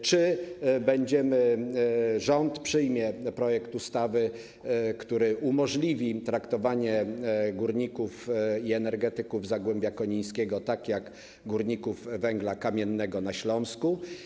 Czy rząd przyjmie projekt ustawy, który umożliwi traktowanie górników i energetyków zagłębia konińskiego tak jak górników z kopalni węgla kamiennego na Śląsku?